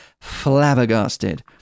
flabbergasted